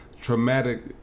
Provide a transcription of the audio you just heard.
traumatic